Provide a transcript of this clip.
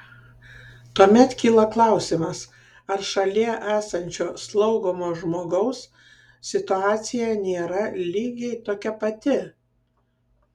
tuomet kyla klausimas ar šalie esančio slaugomo žmogaus situacija nėra lygiai tokia pati